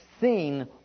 seen